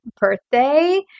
birthday